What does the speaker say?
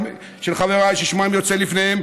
ששמם יוצא לפניהם,